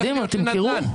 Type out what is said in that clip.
קדימה, תמכרו.